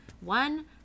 one